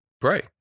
Pray